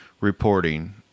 reporting